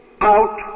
out